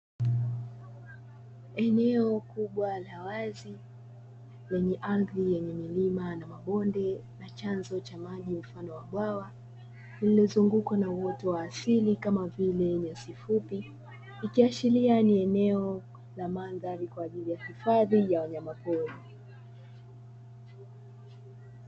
Eneo kubwa la wazi lenye ardhi yenye milima na mabonde na chanzo cha maji mfano wa bwawa lililozungukwa na uoto wa asili kama vile nyasi fupi likiashiria ni eneo la mandhari kwa ajili ya hifadhi ya wanyamapori.